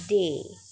दे